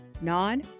Non